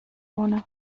ohne